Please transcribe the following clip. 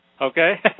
okay